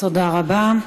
תודה רבה.